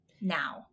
now